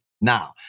Now